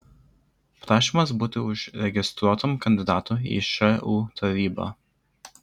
prašymas būti užregistruotam kandidatu į šu tarybą